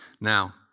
Now